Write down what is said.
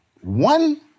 One